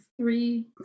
three